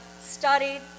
studied